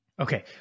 Okay